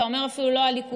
אתה אומר: אפילו לא הליכוד.